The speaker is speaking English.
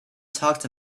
talked